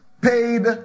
paid